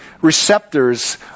receptors